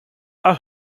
are